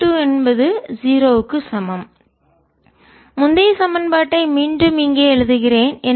3I1I2RI20 3I13RI20 10I13I220 V முந்தைய சமன்பாட்டை மீண்டும் இங்கே எழுதுகிறேன்